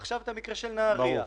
עכשיו המקרה של נהריה,